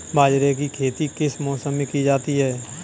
बाजरे की खेती किस मौसम में की जाती है?